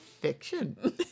fiction